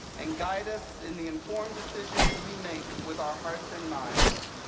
and guide us in the informed decisions we make with our hearts and minds.